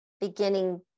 beginning